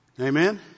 Amen